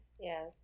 Yes